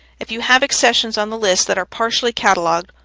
if you have accessions on the list that are partially cataloged,